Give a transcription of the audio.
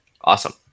Awesome